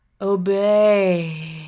Obey